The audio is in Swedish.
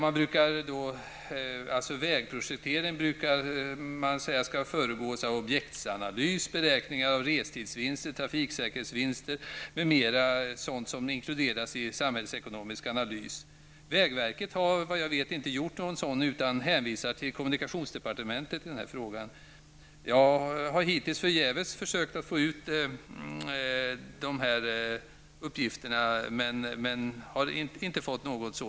Man brukar säga att vägprojekten skall föregås av en objektsanalys, beräkningar av restidsvinster, trafiksäkerhetsvinster och sådant som inkluderas i en samhällsekonomisk analys. Vägverket har inte, såvitt jag vet, gjort någon sådan utan hänvisar till kommunikationsdepartementet i den här frågan. Jag har hittills förgäves försökt att få ut dessa uppgifter.